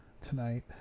tonight